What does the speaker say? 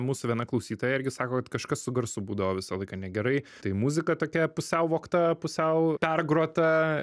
mūsų viena klausytoja irgi sako kad kažkas su garsu būdavo visą laiką negerai tai muzika tokia pusiau vogta pusiau pergrota